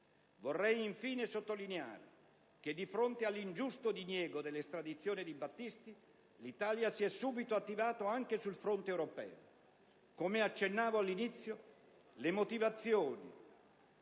Vorrei, infine, sottolineare che di fronte all'ingiusto diniego dell'estradizione di Battisti l'Italia si è subito attivata anche sul fronte europeo. Come accennavo all'inizio del mio